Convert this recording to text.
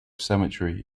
cemetery